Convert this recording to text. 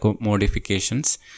modifications